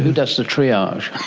who does the triage?